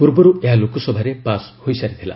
ପୂର୍ବରୁ ଏହା ଲୋକସଭାରେ ପାସ୍ ହୋଇ ସାରିଥିଲା